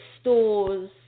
stores